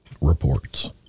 reports